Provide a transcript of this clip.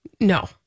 No